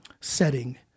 setting